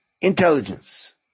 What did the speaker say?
intelligence